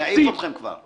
אני אעיף אתכם כבר.